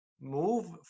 move